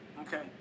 Okay